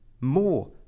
more